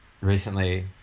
recently